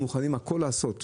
הם מוכנים הכול לעשות לבד.